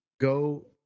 go